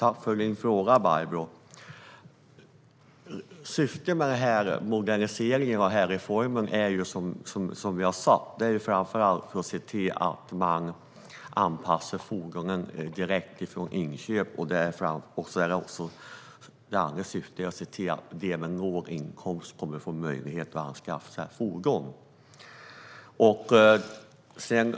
Fru talman! Jag tackar Barbro för frågan. Syftet med moderniseringen och reformen är dels att fordonen ska anpassas direkt vid inköp, dels att de med låg inkomst ska få möjlighet att anskaffa ett fordon.